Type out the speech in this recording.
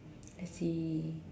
I see